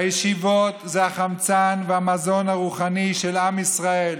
הישיבות זה החמצן והמזון הרוחני של עם ישראל.